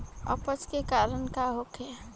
अपच के कारण का होखे?